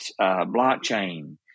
blockchain